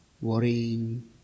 worrying